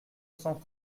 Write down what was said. cent